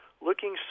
looking